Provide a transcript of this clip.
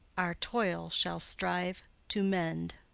our toil shall strive to mend.